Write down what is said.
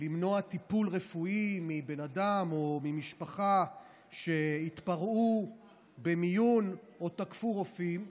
למנוע טיפול רפואי מבן אדם או ממשפחה שהתפרעו במיון או תקפו רופאים.